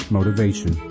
Motivation